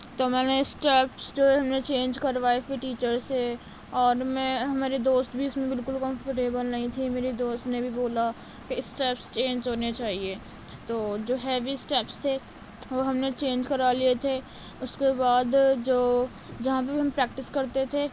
تو میں نے اسٹیپس جو ہم نے چیج کروائے پھر ٹیچر سے اور میں ہماری دوست بھی اس میں بالکل کمفرٹیبل نہیں تھی میری دوست نے بھی بولا کہ اسٹیپس چینج ہونے چاہیے تو جو ہیوی اسٹیپس تھے وہ ہم نے چینج کرا لیے تھے اس کے بعد جو جہاں پہ ہم پریکٹس کرتے تھے